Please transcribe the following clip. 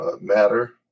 matter